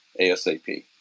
ASAP